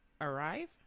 Arrive